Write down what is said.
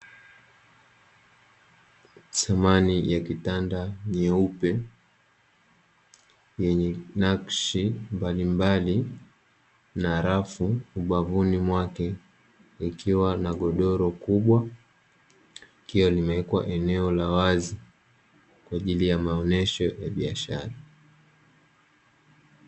Samani ya kitanda nyeupe yenye nakshi mbalimbali na rafu ubavuni mwake, ikiwa na godoro kubwa, likiwa limewekwa eneo la wazi kwa ajili ya maonesho ya biashara.